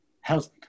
health